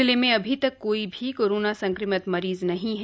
जिले में अभी तक कोई भी कोरोना संक्रमित मरीज नहीं है